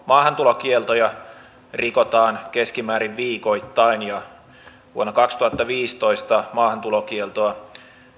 maahantulokieltoja rikotaan keskimäärin viikoittain vuonna kaksituhattaviisitoista maahantulokieltoa